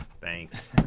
thanks